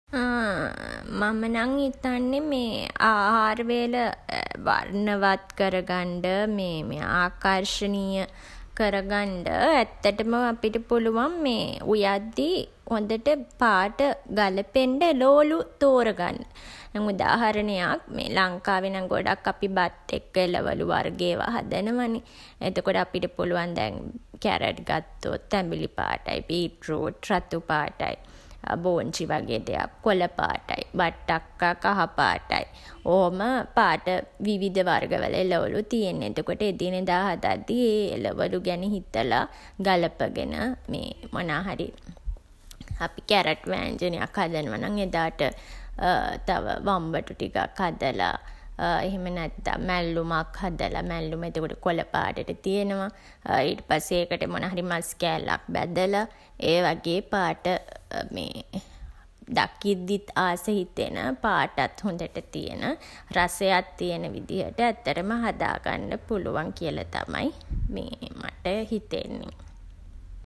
මම නම් හිතන්නේ ආහාර වේල වර්ණවත් කරගන්ඩ ආකර්ෂණීය කරගන්ඩ ඇත්තටම අපිට පුළුවන් උයද්දී හොඳට පාට ගැළපෙන්ඩ එලෝලු තෝරාගන්න. දැන් උදාහරණයක් මේ ලංකාවේ නම් අපි බත් එක්ක එළවලු වර්ග ඒවා හදනවා නේ. එතකොට අපිට පුළුවන් දැන් කැරට් ගත්තොත් තැඹිලි පාටයි. බීට් රූට් රතු පාටයි. බෝංචි වගේ දෙයක් කොළ පාටයි. වට්ටක්කා කහ පාටයි. ඔහොම පාට විවිධ වර්ග වල එළවලු තියෙන්නේ. එතකොට එදිනෙදා හදද්දී ඒ එළවලු ගැන හිතලා ගළපගෙන මොනාහරි අපි කැරට් ව්‍යාංජනයක් හදනවා නම් එදාට තව වම්බටු ටිකක් හදලා එහෙම නැත්තන් මැල්ලුමක් හදලා. මැල්ලුම එතකොට කොළ පාටට තියනවා. ඊට පස්සේ ඒකට මොනාහරි මස් කෑල්ලක් බැදලා ඒ වගේ පාට දකිද්දිත් ආස හිතෙන, පාටත් හොඳට තියෙන, රසයත් තියන විදිහට ඇත්තටම හදාගන්න පුළුවන් කියලා තමයි මට හිතෙන්නේ.